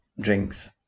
drinks